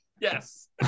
yes